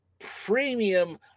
premium